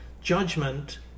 judgment